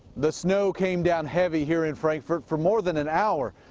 that snow came down heavy here in frankfort for more than an hour,